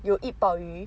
you will eat 鲍鱼